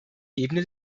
ebene